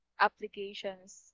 applications